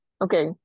Okay